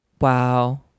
Wow